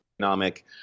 economic